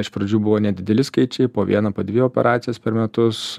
iš pradžių buvo nedideli skaičiai po vieną po dvi operacijas per metus